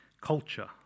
culture